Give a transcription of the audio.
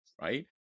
right